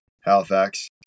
Halifax